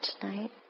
tonight